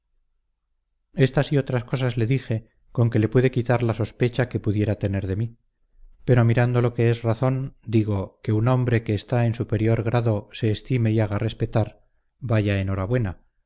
estas y otras cosas le dije con que le pude quitar la sospecha que pudiera tener de mí pero mirando lo que es razón digo que un hombre que está en superior grado se estime y haga respetar vaya